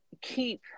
keep